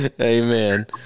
Amen